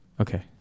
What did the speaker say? Okay